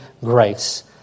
grace